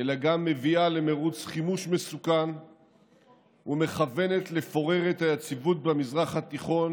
אלא גם מביאה למרוץ חימוש מסוכן ומכוונת לפורר את היציבות במזרח התיכון